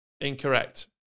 Incorrect